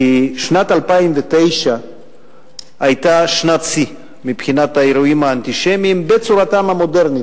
כי שנת 2009 היתה שנת שיא מבחינת האירועים האנטישמיים בצורתם המודרנית.